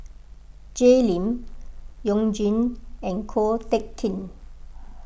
Jay Lim You Jin and Ko Teck Kin